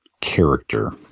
character